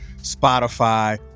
Spotify